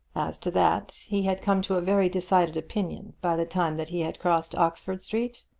as to that he had come to a very decided opinion by the time that he had crossed oxford street.